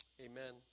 amen